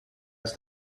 its